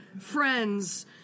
friends